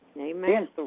Amen